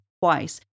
twice